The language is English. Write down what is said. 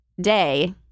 day